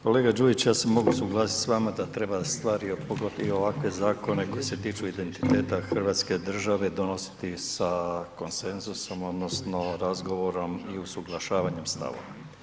Kolega Đujić ja se mogu suglasit s vama da treba stvari i ovakve zakone koji se tiču identiteta Hrvatske države donositi sa konsenzusom odnosno razgovorom i usuglašavanjem stavova.